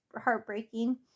heartbreaking